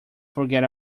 forget